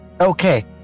Okay